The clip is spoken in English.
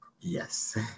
Yes